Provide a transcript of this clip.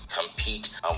compete